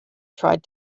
tried